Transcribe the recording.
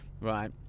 right